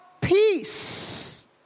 peace